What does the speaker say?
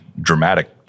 dramatic